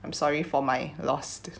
I'm sorry for my lost